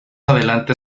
adelante